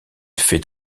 fait